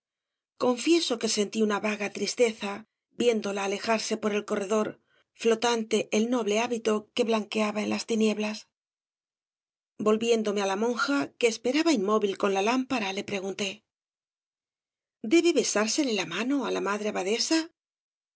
confieso que sentí una vaga tristeza viéndola alejarse por el corredor flotante el noble hábito que blanqueaba en las tinieblas volviéndome ala monja que esperaba inmóvil con la lámpara le pregunté debe besársele la mano á la madre abadesa